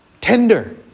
tender